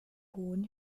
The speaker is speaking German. hohen